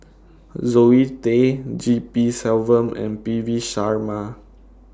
Zoe Tay G P Selvam and P V Sharma